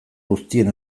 guztien